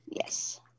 Yes